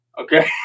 okay